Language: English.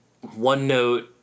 one-note